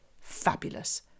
fabulous